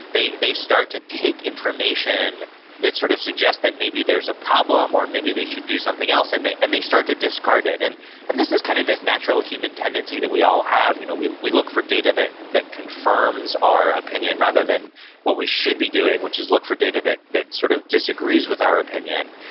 they start start to take information that sort of suggests that maybe there's a problem, or maybe they should do something else, and they and they start to discard it, and and this is kind of this natural human tendency that we all have. you know we we look for data that that confirms our opinion rather than what we should be doing, which is look for data that that sort of disagrees with our opinion.